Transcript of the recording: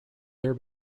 their